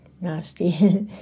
nasty